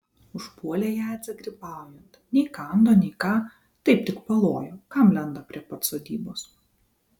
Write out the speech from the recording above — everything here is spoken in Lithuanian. užpuolė jadzę grybaujant nei kando nei ką taip tik palojo kam lenda prie pat sodybos